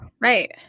Right